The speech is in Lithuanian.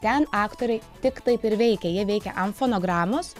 ten aktoriai tik taip ir veikia jie veikia ant fonogramos